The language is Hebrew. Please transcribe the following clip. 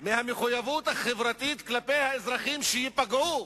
מהמחויבות החברתית כלפי האזרחים שייפגעו.